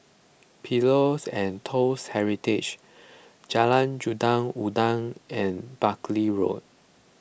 Pillows and Toast Heritage Jalan Raja Udang and Buckley Road